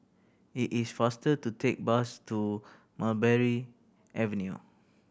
it is faster to take bus to Mulberry Avenue